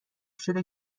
شده